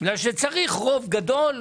בגלל שצריך רוב גדול,